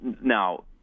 Now